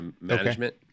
management